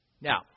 Now